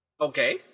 Okay